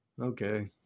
Okay